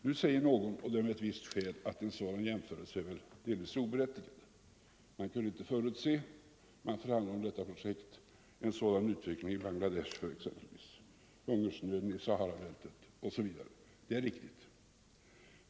Nu säger någon — och detta med visst skäl — att en sådan jämförelse väl delvis är oberättigad. Man kunde ju inte förutse, när man förhandlade om detta projekt, exempelvis utvecklingen i Bangladesh, hungersnöden 61 i Sahara-bältet osv. Det är riktigt.